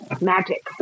magic